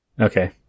Okay